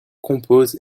compose